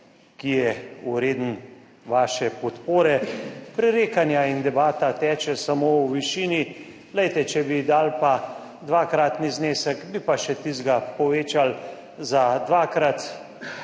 ki je vreden vaše podpore. Prerekanja in debata teče samo o višini. Glejte, če bi dali pa dvakratni znesek, bi pa še tistega povečali za dvakrat.